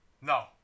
no